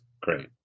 great